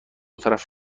طرف